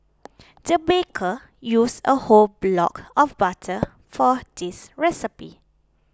the baker used a whole block of butter for this recipe